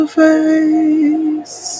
face